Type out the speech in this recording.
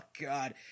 God